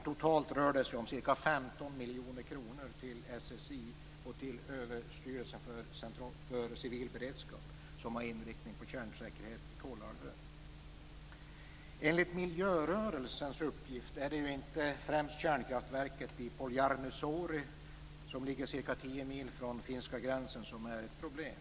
Totalt rör det sig dock om ca 15 miljoner kronor till SSI och till Överstyrelsen för civil beredskap som har inriktning mot kärnsäkerheten på Enligt miljörörelsens uppgifter är det inte främst kärnkraftverket i Poljarny Zory ca 10 mil från finska gränsen som är ett problem.